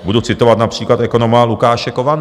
Budu citovat například ekonoma Lukáše Kovandu: